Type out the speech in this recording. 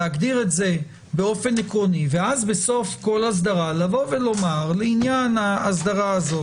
להגדיר את זה באופן עקרוני ואז בסוף כל אסדרה לומר: לעניין האסדרה הזו,